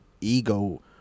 ego